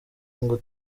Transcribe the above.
ngo